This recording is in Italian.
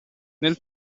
nel